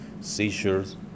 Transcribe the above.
seizures